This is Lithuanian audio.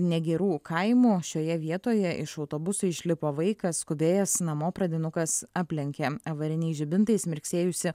negirų kaimu šioje vietoje iš autobuso išlipo vaikas skubėjęs namo pradinukas aplenkė avariniais žibintais mirksėjusį